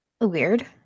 weird